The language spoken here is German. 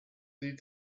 sieht